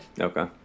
Okay